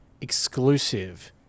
exclusive